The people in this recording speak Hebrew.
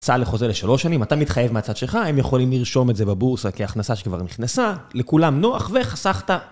צה"ל חוזה לשלוש שנים, אתה מתחייב מהצד שלך, הם יכולים לרשום את זה בבורסה כהכנסה שכבר נכנסה. לכולם נוח וחסכת.